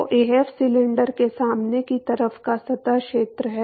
तो Af cylinder के सामने की तरफ का सतह क्षेत्र है